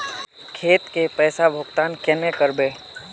खेत के पैसा भुगतान केना करबे?